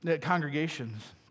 congregations